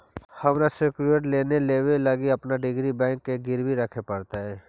हमरा secured loan लेबे लागी अपन डिग्री बैंक के गिरवी रखे पड़तई